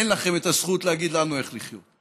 אין לכם את הזכות להגיד לנו איך לחיות,